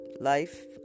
life